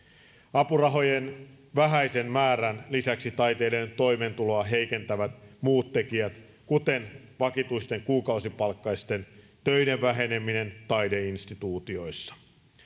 apurahojen vähäisen määrän lisäksi taiteilijoiden toimeentuloa heikentävät muut tekijät kuten vakituisten kuukausipalkkaisten töiden väheneminen taideinstituutioissa